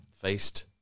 faced